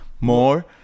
more